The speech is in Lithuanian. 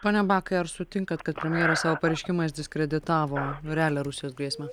pone bakai ar sutinkat kad premjeras savo pareiškimais diskreditavo realią rusijos grėsmę